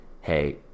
hey